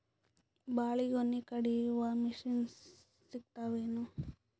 ಬಾಳಿಗೊನಿ ಕಡಿಯು ಮಷಿನ್ ಸಿಗತವೇನು?